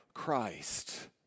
Christ